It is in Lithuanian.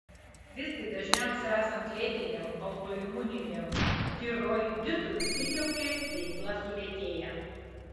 visgi dažniausiai esant lėtiniam autoimuniniam tiroiditui skydliaukės veikla sulėtėja